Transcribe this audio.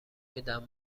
میدهد